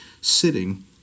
sitting